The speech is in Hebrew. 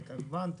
כמובן,